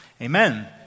Amen